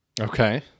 Okay